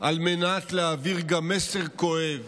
על מנת להעביר גם מסר כואב